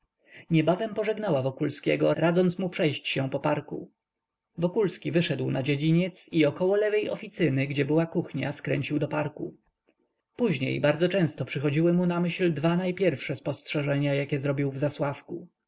niebawem pożegnała wokulskiego radząc mu przejść się po parku wokulski wyszedł na dziedziniec i około lewej oficyny gdzie była kuchnia skręcił do parku później bardzo często przychodziły mu na myśl dwa najpierwsze spostrzeżenia jakie zrobił w zasławku